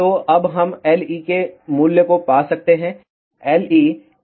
तो अब हम Le के मूल्य को पा सकते हैं